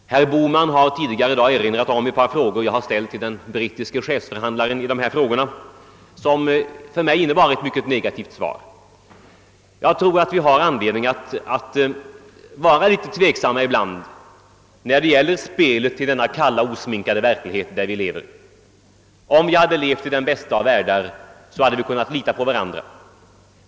Herr Bohman har tidigare i dag erinrat om ett par frågor, som jag ställt till den brittiske chefsförhandlaren i dessa spörsmål och som besvarats på ett mycket negativt sätt. Jag tror att vi har anledning att ibland ställa oss något tvivlande i det spel som bedrivs i den kalla osminkade verklighet där vi lever. Om vi hade levt i den bästa av världar, hade vi kunnat lita på varandra.